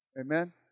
Amen